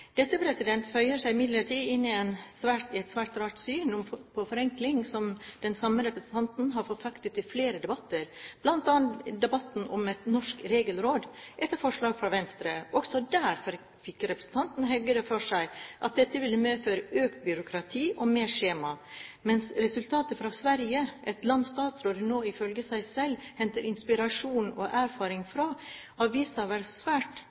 føyer seg imidlertid inn i et svært rart syn på forenkling som den samme representanten har forfektet i flere debatter, bl.a. i debatten om et norsk regelråd, etter forslag fra Venstre. Også der fikk representanten Heggø det for seg at dette ville medføre økt byråkrati og mer skjemavelde, mens resultatene fra Sverige – et land statsråden nå ifølge ham selv henter inspirasjon og erfaring fra – har vist seg å være svært